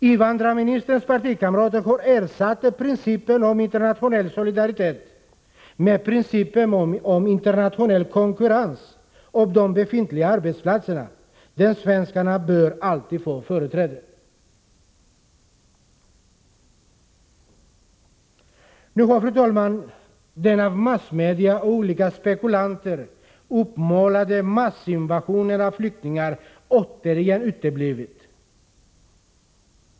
Invandrarministerns partikamrater har ersatt principen om internationell solidaritet med principen om internationell konkurrens om de befintliga arbetsplatserna, där svenskarna alltid bör ha företräde. Fru talman! Nu har den massinvasion av flyktingar, som massmedia och andra som spekulerat i utvecklingen har utmålat, återigen uteblivit.